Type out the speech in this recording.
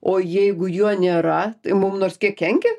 o jeigu juo nėra mum nors kiek kenkia